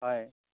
হয়